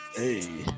hey